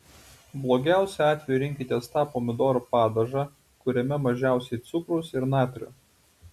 blogiausiu atveju rinkitės tą pomidorų padažą kuriame mažiausiai cukraus ir natrio